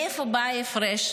מאיפה בא ההפרש?